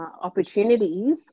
opportunities